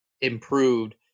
improved